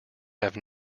have